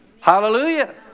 Hallelujah